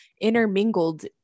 intermingled